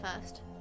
first